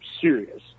serious